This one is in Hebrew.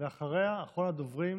ואחריה, אחרון הדוברים,